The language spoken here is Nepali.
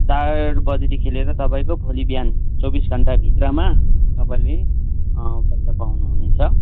चार बजीदेखि लिएर तपाईँको भोलि बिहान चौबिस घन्टा भित्रमा तपाईँले पैसा पाउनुहुनेछ